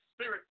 Spirit